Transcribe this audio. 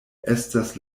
estas